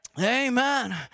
Amen